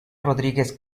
rodríguez